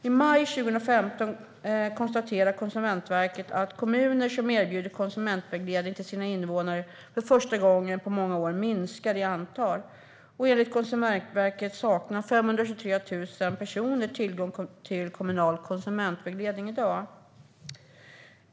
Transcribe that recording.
I maj 2015 konstaterade Konsumentverket att kommuner som erbjuder konsumentvägledning till sina invånare minskar i antal för första gången på många år. Enligt Konsumentverket saknar 523 000 personer tillgång till kommunal konsumentvägledning i dag.